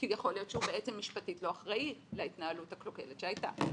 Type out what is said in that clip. כי יכול להיות שהוא בעצם משפטית לא אחראי להתנהלות הקלוקלת שהייתה.